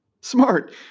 smart